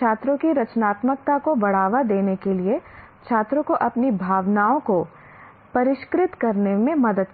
छात्रों की रचनात्मकता को बढ़ावा देने के लिए छात्रों को अपनी भावनाओं को परिष्कृत करने में मदद करता है